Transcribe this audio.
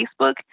Facebook